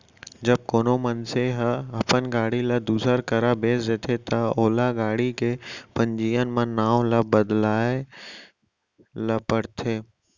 जब कोनो मनसे ह अपन गाड़ी ल दूसर करा बेंच देथे ता ओला गाड़ी के पंजीयन म नांव ल बदलवाए ल परथे